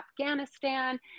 Afghanistan